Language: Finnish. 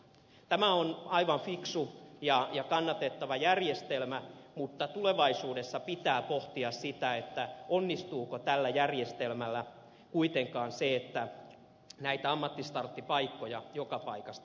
tämä on aivan fiksu ja kannatettava järjestelmä mutta tulevaisuudessa pitää pohtia sitä onnistuuko tällä järjestelmällä kuitenkaan se että näitä ammattistarttipaikkoja joka paikasta löytyy